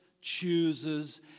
chooses